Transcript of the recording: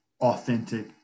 authentic